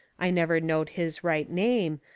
i never knowed his right name,